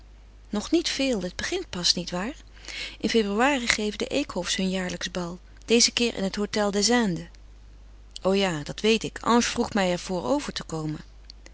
nog niet veel het begint pas niet waar in februari geven de eekhofjes hun jaarlijksch bal dezen keer in het hôtel des indes o ja dat weet ik ange vroeg mij er voor over te komen